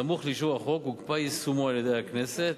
סמוך לאישור החוק הוקפא יישומו על-ידי הכנסת